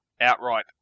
outright